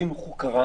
עשינו חוק רע,